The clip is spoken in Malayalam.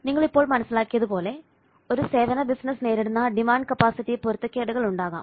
നിങ്ങൾ ഇപ്പോൾ മനസ്സിലാക്കിയതുപോലെ ഒരു സേവന ബിസിനസ്സ് നേരിടുന്ന ഡിമാൻഡ് കപ്പാസിറ്റി പൊരുത്തക്കേടുകൾ ഉണ്ടാകാം